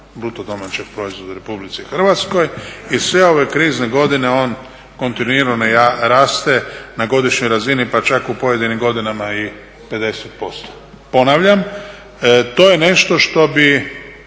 bruto domaćeg proizvoda u Republici Hrvatskoj. I sve ove krizne godine on kontinuirano raste na godišnjoj razini, pa čak u pojedinim godinama i 50%. Ponavljam, to je nešto što bi